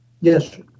Yes